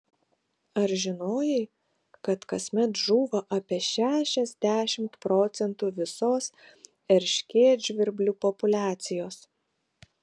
ar žinojai kad kasmet žūva apie šešiasdešimt procentų visos erškėtžvirblių populiacijos